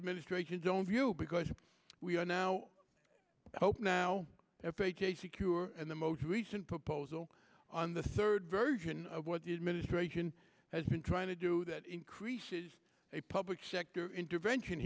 administration's own view because we are now hope now f h a secure and the most recent proposal on the third version of what the administration has been trying to do that increases a public sector intervention